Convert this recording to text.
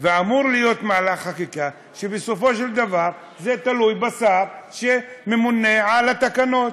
ואמור להיות מהלך חקיקה שבסופו של דבר תלוי בשר שממונה על התקנות.